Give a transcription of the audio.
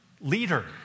leader